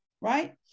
right